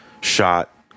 shot